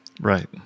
Right